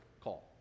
call